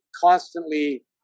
constantly